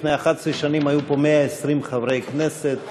לפני 11 שנים היו פה 120 חברי כנסת,